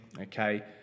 Okay